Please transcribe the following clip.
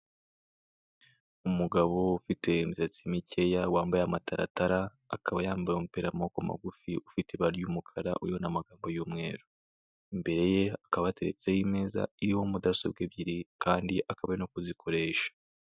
Umugabo ufite imisatsi mikeya, wambaye amataratara, akaba yambaye umupira w'amaboko mugufi ufite ibara ry'umukara uriho n'amagambo y'umweru, imbere ye hakaba hateretseho imeza iriho mudasobwa ebyiri, kandi akaba ari no kuzikoresha.